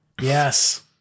Yes